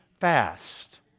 fast